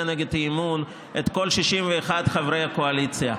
נגד האי-אמון את כל 61 חברי הקואליציה.